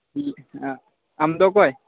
ᱦᱮᱸ ᱟᱢᱫᱚ ᱚᱠᱚᱭ